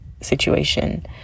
situation